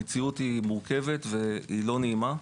המציאות מורכבת ולא נעימה.